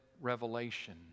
revelation